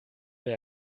wer